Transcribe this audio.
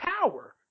power